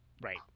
Right